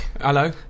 Hello